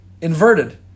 inverted